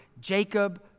Jacob